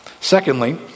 Secondly